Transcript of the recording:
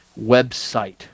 website